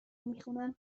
میخونن